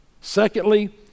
Secondly